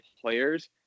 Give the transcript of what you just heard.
players